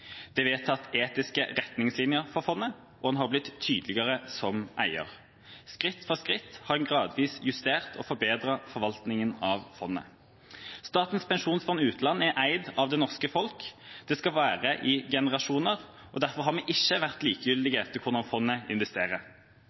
Det er vedtatt etiske retningslinjer for fondet, og en har blitt tydeligere som eier. Skritt for skritt har en gradvis justert og forbedret forvaltningen av fondet. Statens pensjonsfond utland er eid av det norske folk. Det skal vare i generasjoner, og derfor har vi ikke vært likegyldige til hvordan fondet investerer.